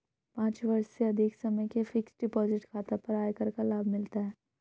पाँच वर्ष से अधिक समय के फ़िक्स्ड डिपॉज़िट खाता पर आयकर का लाभ मिलता है